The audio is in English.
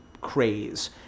craze